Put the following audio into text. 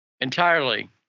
entirely